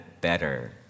better